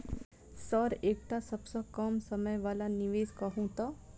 Sir एकटा सबसँ कम समय वला निवेश कहु तऽ?